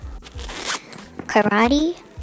Karate